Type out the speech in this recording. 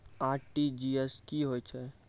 RTGS की होय छै?